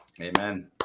amen